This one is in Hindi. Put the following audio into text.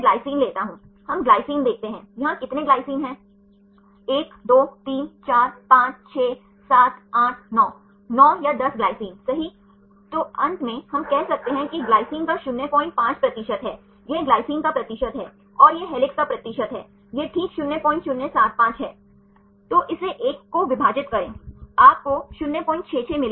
अल्फा हेलिक्स अल्फा हेलिक्स आमतौर पर प्रोटीन संरचनाओं में होता है क्योंकि यह स्थिरता को एक दूसरे को बनाए रखता है सही अगर यह i और i 3 या i और i 5 है तो यह या तो कसकर पैक किया जाता है या इसके मामले में अवयवस्थि रूप से पैक किया जाता है अल्फा हेलिसेस है ठीक यह ठीक से इसकी व्यवस्था है